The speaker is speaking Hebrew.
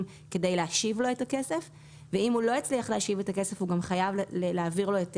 כדי להשיב לו את הכסף ואם הוא לא הצליח להשיב את הכסף,